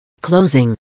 Closing